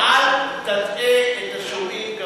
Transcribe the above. קבע בג"ץ, אל תטעה את השומעים.